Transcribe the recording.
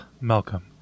Malcolm